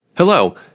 Hello